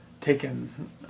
taken